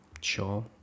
Sure